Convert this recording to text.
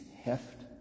heft